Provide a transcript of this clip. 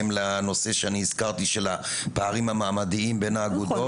לנושא שאני הזכרתי של הפערים המעמדיים בין האגודות.